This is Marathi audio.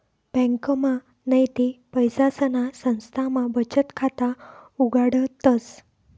ब्यांकमा नैते पैसासना संस्थामा बचत खाता उघाडतस